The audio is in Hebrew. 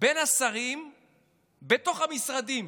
בין השרים בתוך המשרדים: